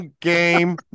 Game